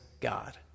God